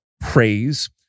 praise